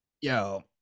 Yo